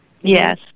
Yes